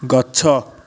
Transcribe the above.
ଗଛ